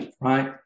right